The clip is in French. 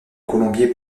colombier